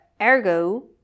ergo